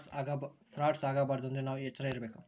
frauds ಆಗಬಾರದು ಅಂದ್ರೆ ನಾವ್ ಎಚ್ರ ಇರ್ಬೇಕು